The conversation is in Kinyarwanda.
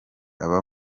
aba